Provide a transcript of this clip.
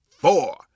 four